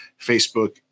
Facebook